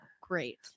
great